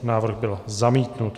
Návrh byl zamítnut.